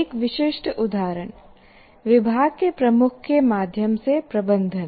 एक विशिष्ट उदाहरण विभाग के प्रमुख के माध्यम से प्रबंधन